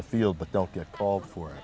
the field but don't get called for